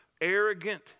arrogant